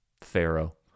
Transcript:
Pharaoh